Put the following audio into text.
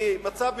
מצב מצוקה,